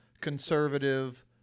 conservative